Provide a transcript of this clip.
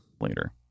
Later